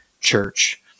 church